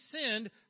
sinned